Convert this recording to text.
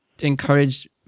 encourage